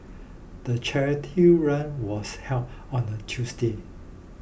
the charity run was held on a Tuesday